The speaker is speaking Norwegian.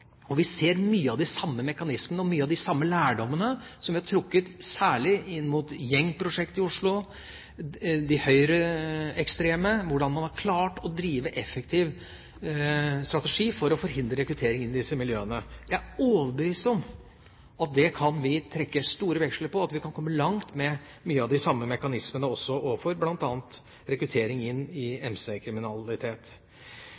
Og vi ser mye av de samme mekanismene og mye av de samme lærdommene som vi har trukket særlig inn mot gjengprosjektet i Oslo, de høyreekstreme – hvordan man har klart å drive effektiv strategi for å forhindre rekruttering inn i disse miljøene. Jeg er overbevist om at vi kan trekke store veksler på det, og at vi også kan komme langt med mange av de samme mekanismene overfor bl.a. rekruttering inn i